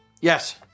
Yes